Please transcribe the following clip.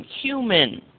human